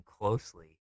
closely